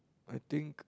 I think